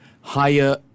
higher